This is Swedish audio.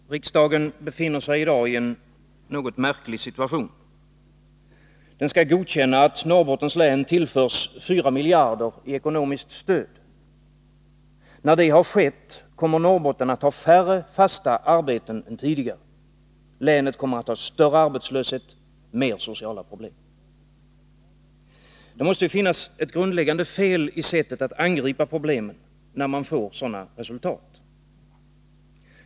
Herr talman! Riksdagen befinner sig i dag i en något märklig situation. Den skall godkänna att Norrbottens län tillförs 4 miljarder i ekonomiskt stöd. När det har skett kommer Norrbotten att ha färre fasta arbeten än tidigare. Länet kommer att ha större arbetslöshet och mer sociala problem. Det måste finnas ett grundläggande fel i sättet att angripa problemen när man får sådana resultat.